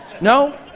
No